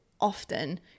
often